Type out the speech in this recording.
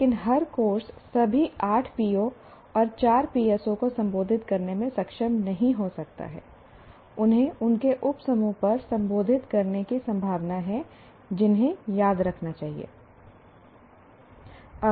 लेकिन हर कोर्स सभी 8 PO और 4 PSO को संबोधित करने में सक्षम नहीं हो सकता है उन्हें उनके उपसमूह पर संबोधित करने की संभावना है जिन्हें याद रखना चाहिए